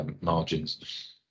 margins